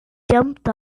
jumped